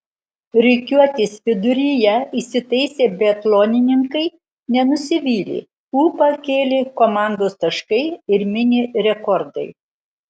rikiuotės viduryje įsitaisę biatlonininkai nenusivylė ūpą kėlė komandos taškai ir mini rekordai